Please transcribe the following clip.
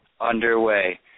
underway